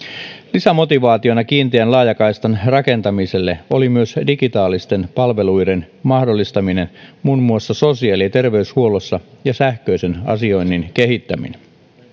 lisämotivaationa kiinteän laajakaistan rakentamiselle oli myös digitaalisten palveluiden mahdollistaminen muun muassa sosiaali ja terveyshuollossa ja sähköisen asioinnin kehittäminen